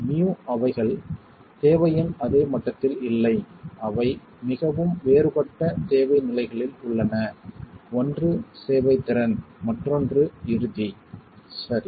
Mu அவைகள் தேவையின் அதே மட்டத்தில் இல்லை அவை மிகவும் வேறுபட்ட தேவை நிலைகளில் உள்ளன ஒன்று சேவைத்திறன் மற்றொன்று இறுதி சரி